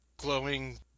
glowing